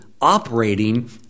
operating